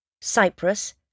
Cyprus